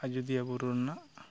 ᱟᱡᱚᱫᱤᱭᱟᱹ ᱵᱩᱨᱩ ᱨᱮᱱᱟᱜ